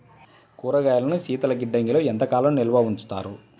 కూరగాయలను శీతలగిడ్డంగిలో ఎంత కాలం నిల్వ ఉంచుతారు?